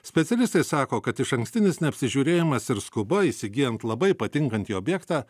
specialistai sako kad išankstinis neapsižiūrėjimas ir skuba įsigyjant labai patinkantį objektą